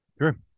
Sure